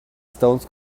stones